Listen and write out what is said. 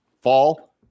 fall